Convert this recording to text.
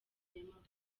y’amavuko